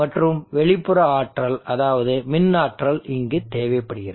மற்றும் வெளிப்புற ஆற்றல் அதாவது மின் ஆற்றல் இங்கு தேவைப்படுகிறது